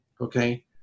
Okay